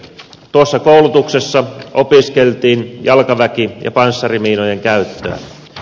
tuossa koulutuksessa opiskeltiin jalkaväki ja panssarimiinojen käyttöä